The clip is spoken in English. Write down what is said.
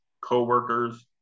coworkers